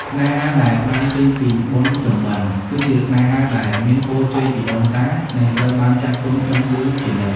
ស្នេហាដែលផ្ដើមចេញពីបុណ្យភ្ជុំបិណ្ឌ គឺជាស្នេហាដែល "មានពរជ័យពីដូនតា" និងត្រូវបានចាស់ទុំដឹងឮជានិច្ច។